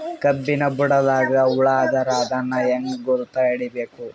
ಕಬ್ಬಿನ್ ಬುಡದಾಗ ಹುಳ ಆದರ ಅದನ್ ಹೆಂಗ್ ಗುರುತ ಹಿಡಿಬೇಕ?